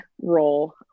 role